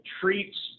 treats